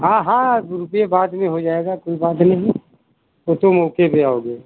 हाँ हाँ रुपये बाद में हो जाएगा कोई बात नहीं तो तुम ओके ले आओगे